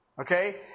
Okay